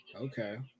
okay